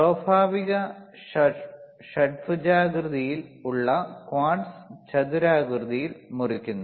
സ്വാഭാവിക ഷഡ്ഭുജാകൃതിൽ ഉള്ള ക്വാർട്സ് ചതുരാകൃതിയിൽ മുറിക്കുന്നു